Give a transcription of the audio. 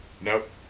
Nope